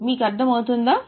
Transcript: మీకు అర్థం అవుతుందా